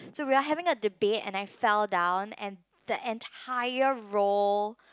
so we are having a debate and I fell down and the entire row